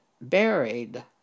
buried